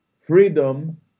freedom